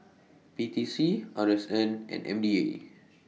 P T C R S N and M D A